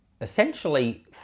essentially